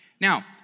Now